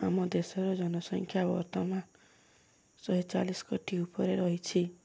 ଆମ ଦେଶର ଜନସଂଖ୍ୟା ବର୍ତ୍ତମାନ ଶହେ ଚାଳିଶ କୋଟି ଉପରେ ରହିଛି